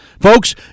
Folks